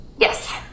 Yes